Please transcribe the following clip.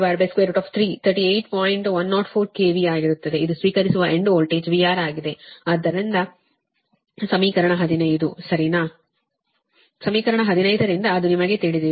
104 KV ಆಗಿರುತ್ತದೆ ಇದು ಸ್ವೀಕರಿಸುವ ಎಂಡ್ ವೋಲ್ಟೇಜ್ VR ಆಗಿದೆ ಆದ್ದರಿಂದ 15 ಸಮೀಕರಣದಿಂದ ಸರಿನಾ